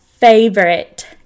favorite